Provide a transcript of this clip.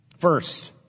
First